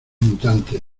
mutantes